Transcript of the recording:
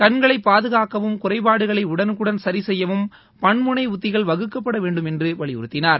கண்களை பாதுகாக்கவும் குறைபாடுகளை உடனுக்குடன் சரி செய்யவும் பன்முனை உத்திகள் வகுக்கப்பட வேண்டும் என்று வலியுறுத்தினார்